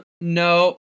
no